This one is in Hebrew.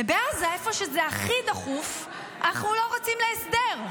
ובעזה, איפה שזה הכי דחוף, אנחנו לא רצים להסדר?